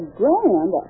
grand